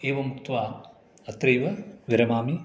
एवमुक्त्वा अत्रैव विरमामि